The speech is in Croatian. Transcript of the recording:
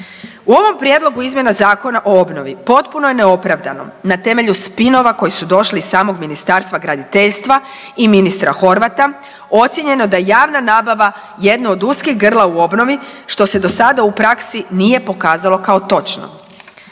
U ovom prijedlogu izmjena Zakona o obnovi potpuno je neopravdano na temelju spinova koji su došli iz samog Ministarstva graditeljstva i ministra Horvata ocijenjeno je da je javna nabava jedno od uskih grla u obnovi, što se do sada u praksi nije pokazalo kao točno.